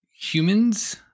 humans